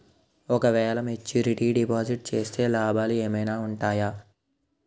ఓ క వేల maturity deposit చేస్తే లాభాలు ఏమైనా ఉంటాయా?